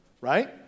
Right